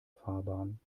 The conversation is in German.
fahrbahn